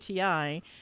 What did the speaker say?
ati